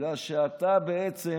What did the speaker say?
בגלל שאתה בעצם